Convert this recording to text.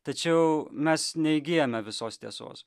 tačiau mes neįgyjame visos tiesos